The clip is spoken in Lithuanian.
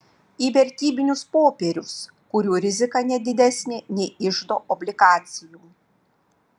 į vertybinius popierius kurių rizika ne didesnė nei iždo obligacijų